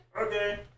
okay